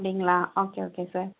அப்படிங்களா okay okay sir